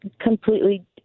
completely